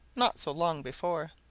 not so long before.